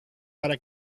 para